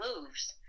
moves